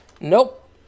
Nope